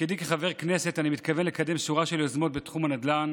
בתפקידי כחבר כנסת אני מתכוון לקדם שורה של יוזמות בתחום הנדל"ן